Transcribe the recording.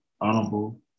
honorable